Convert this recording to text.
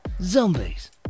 zombies